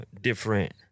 different